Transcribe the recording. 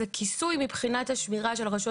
אז הכיסוי מבחינת השמירה של הרשויות